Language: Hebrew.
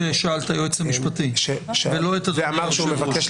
ששאל את היועץ המשפטי ולא את אדוני היושב ראש.